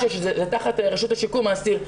זה תחת הרשות לשיקום האסיר,